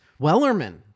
Wellerman